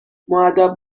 مودب